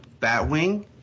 Batwing